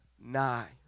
nigh